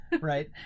Right